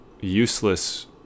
useless